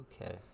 okay